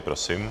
Prosím.